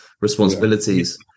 responsibilities